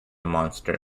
monster